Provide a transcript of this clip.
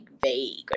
vague